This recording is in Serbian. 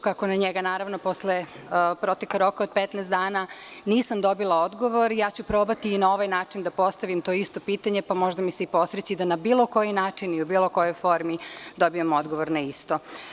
Kako na njega posle proteka roka od 15 dana nisam dobila odgovor, probaću i na ovaj način to isto pitanje, pa možda mi se i posreći da na bilo koji način i u bilo kojoj formi dobijem odgovor na isto.